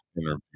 interview